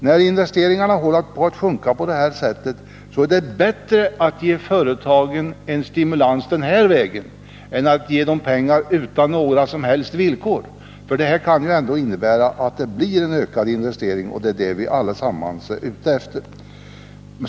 När investeringarna håller på att sjunka på det sätt som de gör nu, är det bättre att ge företagen en stimulans den här vägen än att ge dem pengar utan några som helst villkor; den här avdragsmöjligheten kan ändå innebära att det blir ökade investeringar, och det är det vi allesammans är ute efter.